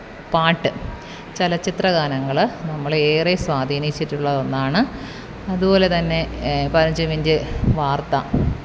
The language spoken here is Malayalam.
പാട്ട് ചലച്ചിത്രഗാനങ്ങൾ നമ്മളെ ഏറെ സ്വധീനിച്ചിട്ടുള്ള ഒന്നാണ് അതുപോലെ തന്നെ പതിനഞ്ച് മിനിറ്റ് വാര്ത്ത